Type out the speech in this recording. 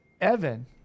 Evan